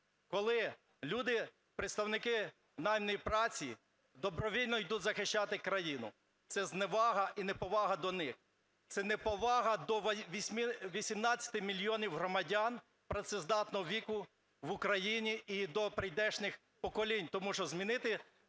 коли люди, представники найманої праці добровільно йдуть захищати країну. Це зневага і неповага до них, це неповага до 18 мільйонів громадян працездатного віку в Україні і до прийдешніх поколінь. Тому що змінити